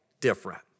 different